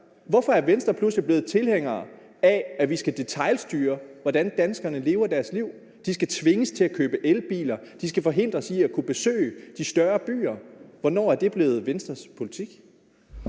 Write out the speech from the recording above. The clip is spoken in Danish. Hvorfor er Venstre pludselig blevet tilhængere af, at vi skal detailstyre, hvordan danskerne lever deres liv? De skal tvinges til at købe elbiler, og de skal forhindres i at kunne besøge de større byer. Hvornår er det blevet Venstres politik?